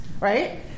right